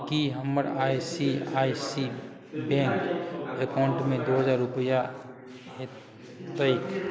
की हमर I C I C bank एकाउंटमे दू हजार रुपैआ हेतैक